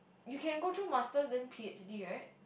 you can go through master then p_h_d right